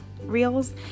reels